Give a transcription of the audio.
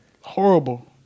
Horrible